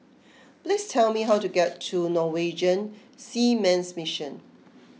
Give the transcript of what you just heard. please tell me how to get to Norwegian Seamen's Mission